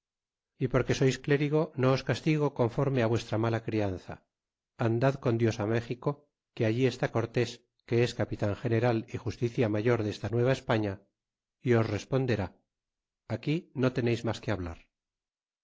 y porque sois clérigo no os castigo conforme á vuestra mala crianza andad con dios á méxico que allá está cortés que es capitan general y justiciamayor desta nueva españa y os responderá aquí no teneis mas que hablar